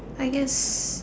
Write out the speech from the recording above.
I guess